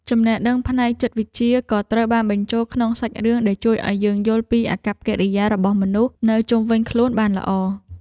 ចំណេះដឹងផ្នែកចិត្តវិទ្យាក៏ត្រូវបានបញ្ចូលក្នុងសាច់រឿងដែលជួយឱ្យយើងយល់ពីអាកប្បកិរិយារបស់មនុស្សនៅជុំវិញខ្លួនបានល្អ។